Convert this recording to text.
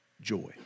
joy